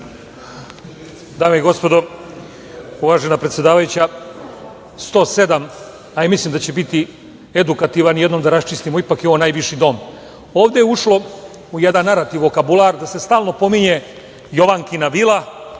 Dame i gospodo, uvažena predsedavajuća, član 107. a i mislim da će biti edukativan. Jedno da raščistimo. Ipak je ovo najviši dom. Ovde je u ušlo u jedan narativ, vokabalar da se stalno pominje Jovankina vila